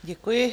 Děkuji.